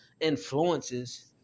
influences